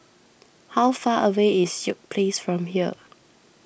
how far away is York Place from here